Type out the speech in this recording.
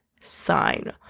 sign